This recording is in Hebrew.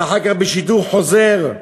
ואחר כך בשידור חוזר,